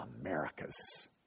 America's